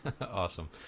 awesome